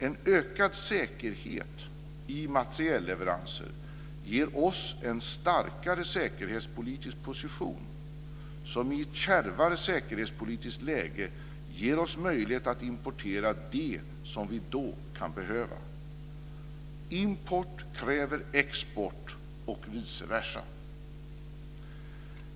En ökad säkerhet i materielleveranser ger oss en starkare säkerhetspolitisk position som i ett kärvare säkerhetspolitiskt läge ger oss möjlighet att importera det som vi då kan behöva. Import kräver export och vice versa.